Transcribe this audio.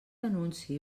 anunci